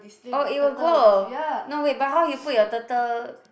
oh it will go uh no wait but how you put your turtle